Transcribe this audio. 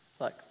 Look